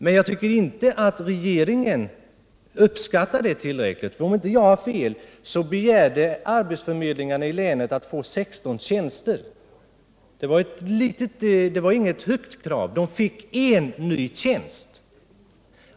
Men jag tycker inte att regeringen uppskattar dessa insatser tillräckligt. Om jag inte minns fel begärde arbetsförmedling 15 arna i länet att få 16 nya tjänster. Det var inget högt ställt krav, men de fick bara en ny tjänst.